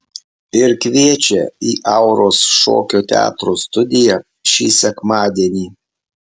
ir kviečia į auros šokio teatro studiją šį sekmadienį